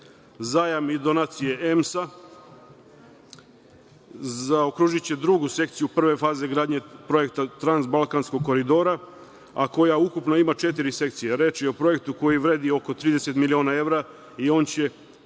i donacije EMS-A zaokružiće drugu sekciju prve faze gradnje projekta „Transbalkanskog koridora“, a koja ukupno ima četiri sekcije. Reč je o projektu koji vredi oko 30 miliona evra i on će,